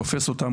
תופס אותם,